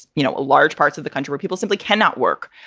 you know, large parts of the country, but people simply cannot work.